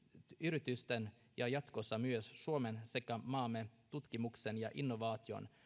yritysten ja jatkossa myös suomen sekä maamme tutkimuksen ja innovaatioiden